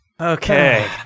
okay